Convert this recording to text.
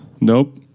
Nope